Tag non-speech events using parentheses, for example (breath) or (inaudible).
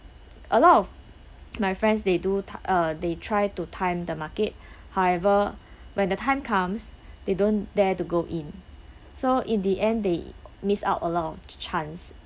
a lot of my friends they do th~ uh they try to time the market (breath) however when the time comes they don't dare to go in so in the end they miss out a lot of chance